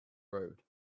road